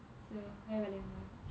so hi valiamma